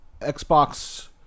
Xbox